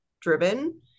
driven